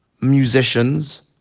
musicians